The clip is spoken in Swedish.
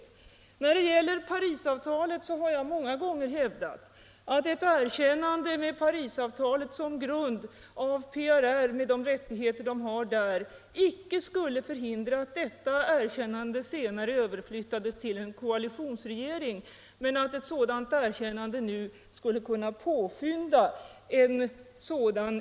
— Nr 57 När det gäller Parisavtalet har jag många gånger hävdat att ett er Tisdagen den kännande av PRR med Parisavtalet som grund med de rättigheter som 15 april 1975 följer därav inte skulle förhindra att ett sådant erkännande senarekunde — överflyttas till en koalitionsregering, men att ett sådant erkännande nu Om upprättande av skulle kunna påskynda utvecklingen i Vietnam.